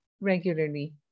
regularly